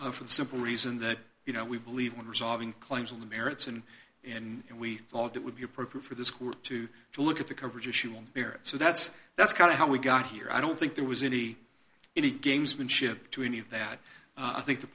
that for the simple reason that you know we believe when resolving claims of the merits and and we thought it would be appropriate for this court to to look at the coverage issue on merit so that's that's kind of how we got here i don't think there was any any gamesmanship to any of that i think the